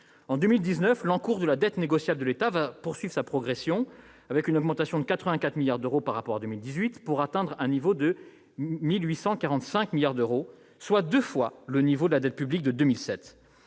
En 2019, l'encours de la dette négociable de l'État va poursuivre sa progression, avec une augmentation de 84 milliards d'euros par rapport à 2018, pour atteindre 1 845 milliards d'euros, soit deux fois le niveau de 2007.